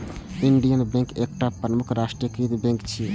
Indian bank एकटा प्रमुख राष्ट्रीयकृत बैंक छियै